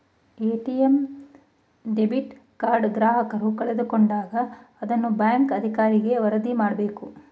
ATM debit card ಗ್ರಾಹಕರು ಕಳೆದುಕೊಂಡಾಗ ಅದನ್ನ ಬ್ಯಾಂಕ್ ಅಧಿಕಾರಿಗೆ ವರದಿ ಮಾಡಬೇಕು